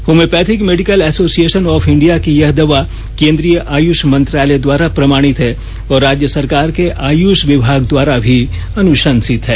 homeopathic medical association of India की यह दवा केन्द्रीय आयुष मंत्रालय द्वारा प्रमाणित है और राज्य सरकार के आयुष विभाग द्वारा भी अनुषंसित है